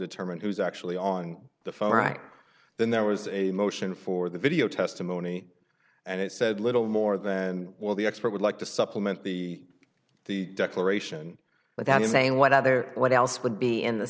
determine who was actually on the phone right then there was a motion for the video testimony and it said little more than well the expert would like to supplement the declaration without saying what other what else would be in the